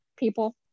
people